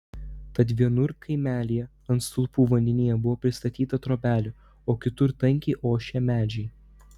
tad vienur kaimelyje ant stulpų vandenyje buvo pristatyta trobelių o kitur tankiai ošė medžiai